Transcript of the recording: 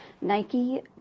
Nike